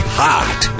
hot